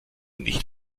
nicht